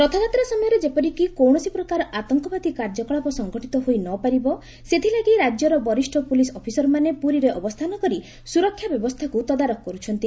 ରଥଯାତ୍ରା ସମୟରେ ଯେପରି କୌଶସି ପ୍ରକାର ଆତଙ୍କବାଦୀ କାର୍ଯ୍ୟକଳାପ ସଙ୍ଗଠିତ ହୋଇ ନପାରିବ ସେଥିଲାଗି ରାଜ୍ୟର ବରିଷ୍ ପୁଲିସ ଅଫିସରମାନେ ପୁରୀରେ ଅବସ୍ଚାନ କରି ସୁରକ୍ଷା ବ୍ୟବସ୍ଚାକୁ ତଦାରଖ କରୁଛନ୍ତି